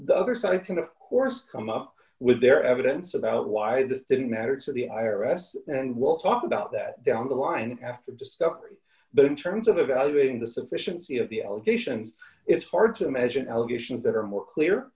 the other side can of course come up with their evidence about why this didn't matter to the i r s and we'll talk about that down the line after discovery but in terms of evaluating the sufficiency of the allegations it's hard to imagine allegations that are more clear